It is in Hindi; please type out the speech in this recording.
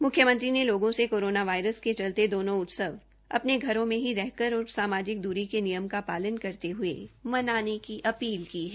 मुख्यमंत्री ने लोगों से कोरोना वासरस क चलते दोनों उत्सव अपने घरों में ही रह कर और सामाजिक द्री के नियम का पालन करते हये मनाने की अपील की है